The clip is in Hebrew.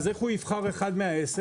אז איך הוא יבחר אחד מהעשר?